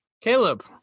Caleb